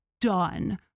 done